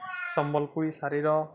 ସମ୍ବଲପୁରୀ ଶାଢ଼ୀର